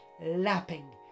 lapping